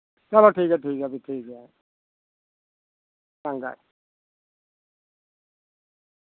चलो ठीक ऐ भी ठीक ऐ ठीक ऐ चंगा